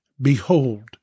behold